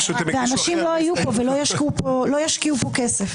אנשים לא יהיו פה ולא ישקיעו פה כסף.